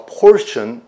portion